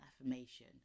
affirmation